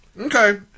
Okay